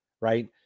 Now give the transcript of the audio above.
right